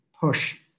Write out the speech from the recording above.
push